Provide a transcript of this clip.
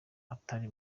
atari